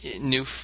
new